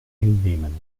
hinnehmen